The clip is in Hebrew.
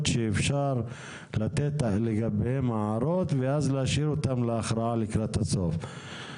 שאפשר לתת לגביהן הערות ואז להשאיר אותן להכרעה לקראת הסוף.